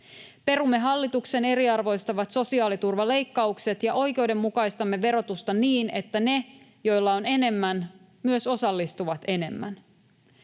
Perumme hallituksen eriarvoistavat sosiaaliturvaleikkaukset ja oikeudenmukaistamme verotusta niin, että ne, joilla on enemmän, myös osallistuvat enemmän.